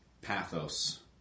pathos